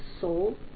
soul